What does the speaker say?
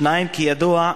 2. כידוע,